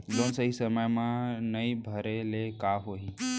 Loan सही समय मा नई भरे ले का होही?